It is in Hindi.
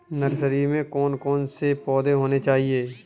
नर्सरी में कौन कौन से पौधे होने चाहिए?